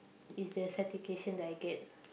is the satisfaction that I get